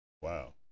wow